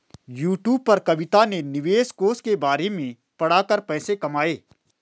YouTube पर कविता ने निवेश कोष के बारे में पढ़ा कर पैसे कमाए